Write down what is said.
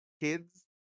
kids